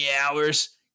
hours